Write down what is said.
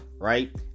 right